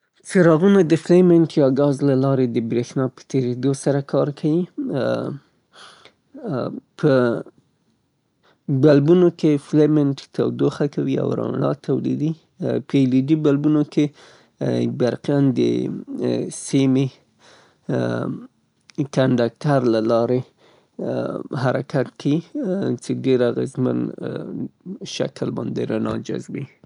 څراغونو د فلېمنګ یا ګاز له لارې د بریښنا پر تیریدو سره کار کوي، په ټاپیدونکو بلبونو کې بریښنا د ټینګستن فلیمنټ ګرموي تر هغه چې روښانه شي. په فلورسینت پلبونو کې بریښنا ګاز هڅوي د الټروفایلترو تولیدوي ، چه د لیدولو وړ رڼا جذبولو لپاره فاسفورس پوښښ هڅوي. آل آې ډي.